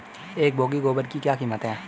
एक बोगी गोबर की क्या कीमत है?